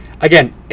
Again